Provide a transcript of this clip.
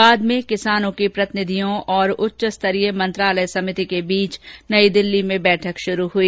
बाद में किसानों के प्रतिनिधियों और उच्चस्तरीय मंत्रालय समिति के बीच नई दिल्ली में बैठक शुरू हुई